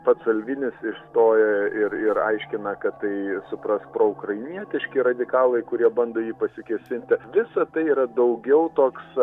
pats salvinis išstojo ir ir aiškina kad tai suprask proukrainietiški radikalai kurie bando į jį pasikėsinti visa tai yra daugiau toks